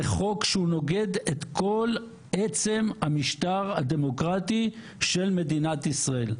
זה חוק שנוגד את כל עצם המשטר הדמוקרטי של מדינת ישראל.